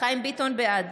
בעד